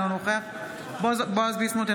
אינו נוכח בועז ביסמוט,